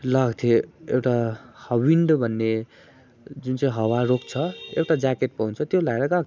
लगाएको थिएँ एउटा विन्डो भन्ने जुन चाहिँ हावा रोक्छ एउटा ज्याकेट पाउँछ त्यो लाएर गएको थिएँ